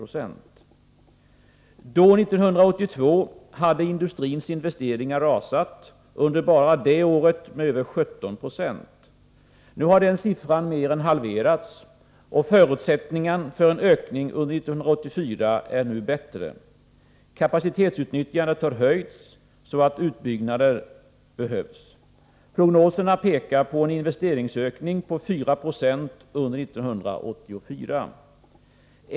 Då, 1982, hade industrins investeringar rasat, under bara det året med över 17 90. Nu har den siffran mer än halverats, och förutsättningen för en ökning under 1984 är nu bättre. Kapacitetsutnyttjandet har höjts, så att utbyggnader behövs. Prognoserna pekar på en investeringsökning på 4 26 under 1984.